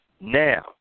Now